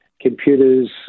computers